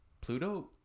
Pluto